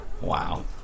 Wow